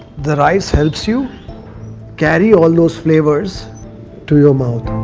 the rice helps you carry all those flavours to your mouth.